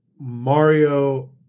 Mario